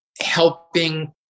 helping